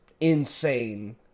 insane